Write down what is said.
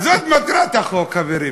אז זאת מטרת החוק, חברים.